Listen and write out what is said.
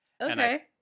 Okay